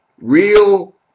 real